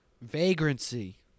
Vagrancy